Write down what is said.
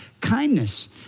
kindness